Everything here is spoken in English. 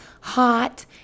Hot